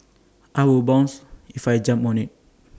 I will bounce if I jump on IT